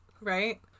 right